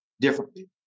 differently